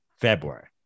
February